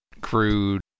crude